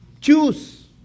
choose